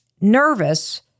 nervous